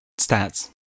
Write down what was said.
stats